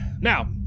Now